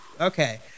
okay